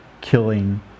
killing